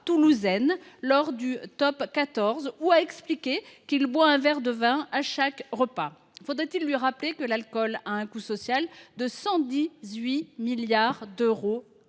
lorsqu’il explique qu’il boit un verre de vin à chaque repas. Faut il lui rappeler que l’alcool a un coût social de 118 milliards d’euros